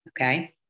Okay